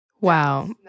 Wow